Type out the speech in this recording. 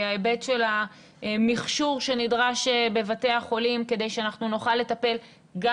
ההיבט של המכשור שנדרש בבתי החולים כדי שאנחנו נוכל לטפל גם